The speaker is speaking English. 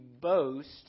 boast